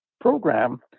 program